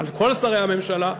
על כל שרי הממשלה,